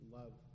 love